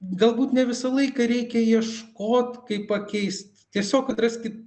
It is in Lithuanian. galbūt ne visą laiką reikia ieškot kaip pakeist tiesiog atraskit